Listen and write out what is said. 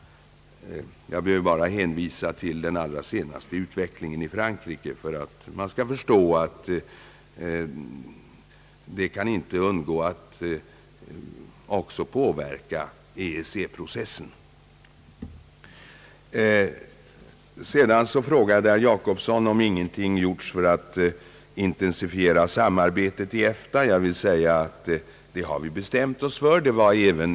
Jag behöver bara hänvisa till den allra senas te utvecklingen i Frankrike för att alla skall förstå att den måste påverka även EEC-processen. Herr Gösta Jacobsson frågade om ingenting har gjorts för att intensifiera samarbetet i EFTA.